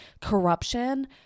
corruption